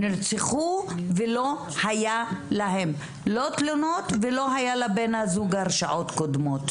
נרצחו ולא היה להן תלונות ולא היה לבן הזוג הרשעות קודמות,